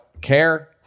care